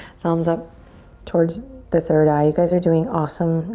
thumbs up towards the third eye. you guys are doing awesome.